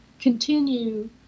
continue